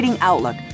Outlook